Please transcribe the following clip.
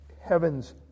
heaven's